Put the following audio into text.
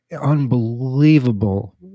unbelievable